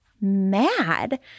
mad